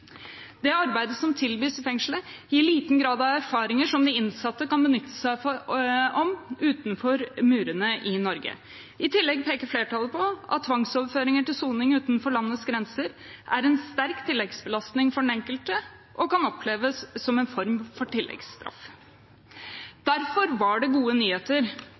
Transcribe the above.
Det arbeidet som tilbys i fengselet, gir liten grad av erfaringer som de innsatte kan benytte seg av utenfor murene i Norge. I tillegg peker flertallet på at tvangsoverføringer til soning utenfor landets grenser er en sterk tilleggsbelastning for den enkelte og kan oppleves som en form for tilleggsstraff. Derfor var det gode nyheter